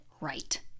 right